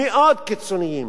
מאוד קיצוניים,